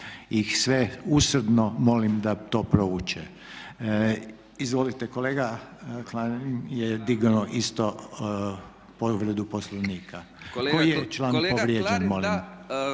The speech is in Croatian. ih sve usrdno molim da to prouče. Izvolite kolega Klarin je dignuo isto povredu Poslovnika. Koji je član povrijeđen molim?